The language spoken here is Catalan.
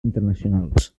internacionals